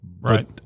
Right